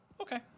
Okay